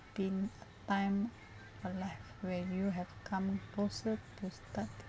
been time for life when you have come closer to start